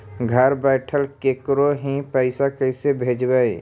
घर बैठल केकरो ही पैसा कैसे भेजबइ?